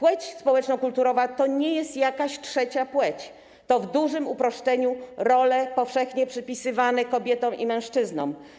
Płeć społeczno-kulturowa to nie jest jakaś trzecia płeć, to w dużym uproszczeniu role powszechnie przypisywane kobietom i mężczyznom.